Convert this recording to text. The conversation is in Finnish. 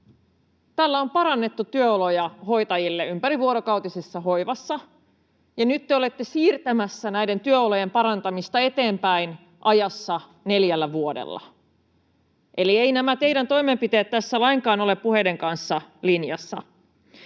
Tällä on parannettu työoloja hoitajille ympärivuorokautisessa hoivassa, ja nyt te olette siirtämässä näiden työolojen parantamista eteenpäin ajassa neljällä vuodella. Eli eivät nämä teidän toimenpiteenne tässä lainkaan ole puheiden kanssa linjassa.